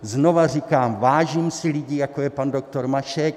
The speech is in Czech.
Znova říkám, vážím si lidí, jako je pan doktor Mašek.